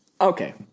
Okay